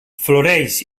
floreix